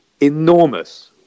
enormous